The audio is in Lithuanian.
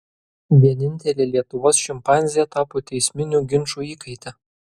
vienintelė lietuvos šimpanzė tapo teisminių ginčų įkaite